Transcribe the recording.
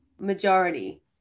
majority